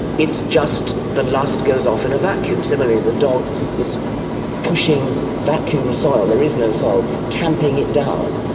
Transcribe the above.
it's just the lust goes off in a vacuum. similarly the dog is pushing vacuum soil, there is no soil, tamping it down.